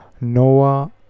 Noah